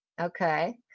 Okay